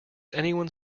anyone